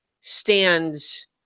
stands